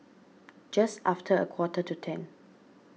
just after a quarter to ten